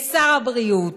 לשר הבריאות,